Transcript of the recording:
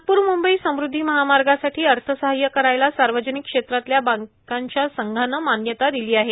नागपूर मुंबई समुद्धी महामार्गासाठी अर्थसहाय्य करायला सार्वजनिक क्षेत्रातल्या बँकांच्या संघानं मान्यता दिली आहे